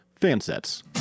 Fansets